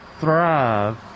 thrive